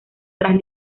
tras